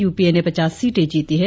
UPA ने पचास सीटे जीती है